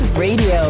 Radio